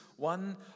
One